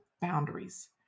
boundaries